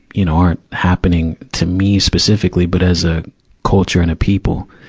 you know, aren't happening to me specifically. but as a culture and a people,